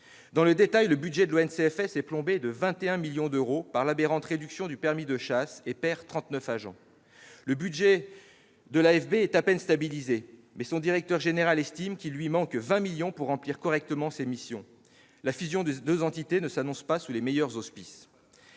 chasse et de la faune sauvage, est plombé de 21 millions d'euros par l'aberrante réduction du permis de chasse et perd 39 agents. Le budget de l'AFB, l'Agence française pour la biodiversité, est à peine stabilisé, mais son directeur général estime qu'il lui manque 20 millions pour remplir correctement ses missions. La fusion des deux entités ne s'annonce pas sous les meilleurs auspices.